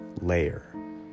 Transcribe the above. layer